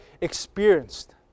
experienced